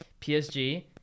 psg